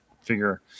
figure